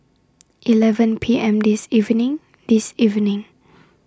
eleven P M This evening This evening